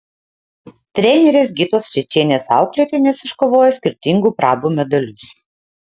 trenerės gitos čečienės auklėtinės iškovojo skirtingų prabų medalius